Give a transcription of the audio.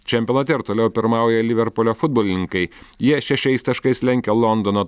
čempionate ir toliau pirmauja liverpulio futbolininkai jie šešiais taškais lenkia londono